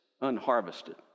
unharvested